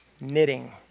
knitting